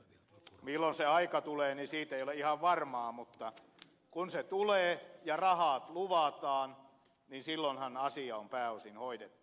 milloin se aika tulee se ei ole ihan varmaa mutta kun se tulee ja rahat luvataan niin silloinhan asia on pääosin hoidettu